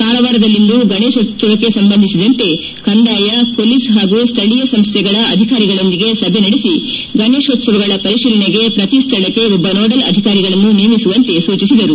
ಕಾರವಾರದಲ್ಲಿಂದು ಗಣೇಶೋತ್ವವಕ್ಕೆ ಸಂಬಂಧಿಸಿದಂತೆ ಕಂದಾಯ ಪೋಲಿಸ್ ಹಾಗೂ ಸ್ವಳೀಯ ಸಂಸ್ವಗಳ ಅಧಿಕಾರಿಗಳೊಂದಿಗೆ ಸಭೆ ನಡೆಸಿ ಗಣೇಶೋತ್ತವಗಳ ಪರಿಶೀಲನೆಗೆ ಪ್ರತಿ ಸ್ನಳಕ್ಷೆ ಒಬ್ಲ ನೋಡಲ್ ಅಧಿಕಾರಿಗಳನ್ನು ನೇಮಿಸುವಂತೆ ಸೂಚಿಸಿದರು